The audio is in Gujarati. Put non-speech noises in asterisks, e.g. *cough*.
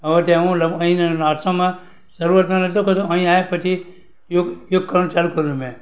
*unintelligible* અહિયાં આસામમાં શરૂઆતમાં નતો કરતો અહીં આવ્યા પછી યોગ યોગ કરવાનું ચાલુ કર્યું મેં